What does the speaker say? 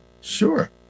Sure